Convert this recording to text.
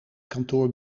kantoor